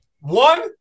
one